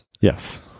Yes